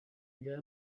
again